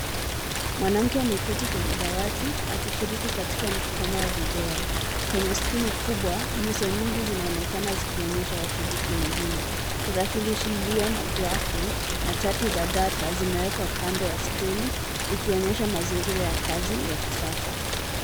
Mwanamke ameketi kwenye dawati akishiriki katika mkutano wa video kwenye skrini kubwa. Nyuso nyingi zinaonekana, zikionyesha washiriki wengine. Tarakilishi iliyo na glavu na chati za data zimewekwa kando ya skrini, ikionyesha mazingira ya kazi ya kisasa.